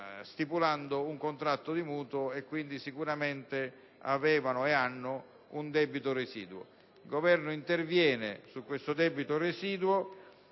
fatto accendendo un mutuo e quindi sicuramente avevano e hanno un debito residuo. Lo Stato interviene su questo debito residuo